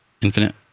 Infinite